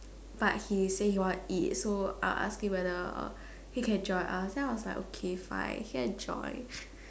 but he say he want to eat so I ask him whether he can join us then I was like okay fine I can join